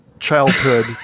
childhood